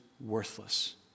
worthless